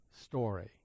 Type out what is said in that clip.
story